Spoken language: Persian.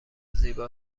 زیبا